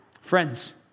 Friends